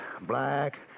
Black